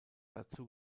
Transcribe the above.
dazu